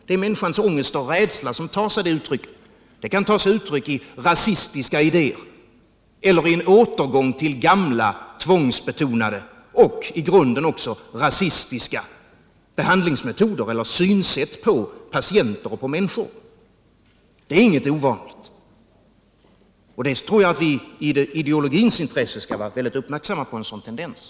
Det är människans ångest och rädsla som kan ta sig uttryck i rasistiska idéer eller i en återgång till gamla tvångsbetonade och i grunden också rasistiska behandlingsmetoder eller synsätt på patienter och människor. Det är inget ovanligt. Jag tror att vi i ideologins intresse skall vara mycket uppmärksamma på sådana tendenser.